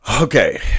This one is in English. Okay